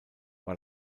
war